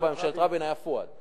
1994, ממשלת רבין, היה פואד.